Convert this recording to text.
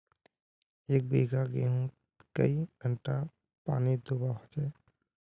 एक बिगहा गेँहूत कई घंटा पानी दुबा होचए?